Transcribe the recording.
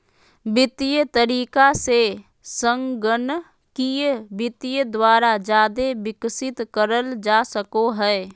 वित्तीय तरीका से संगणकीय वित्त द्वारा जादे विकसित करल जा सको हय